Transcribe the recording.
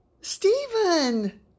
Stephen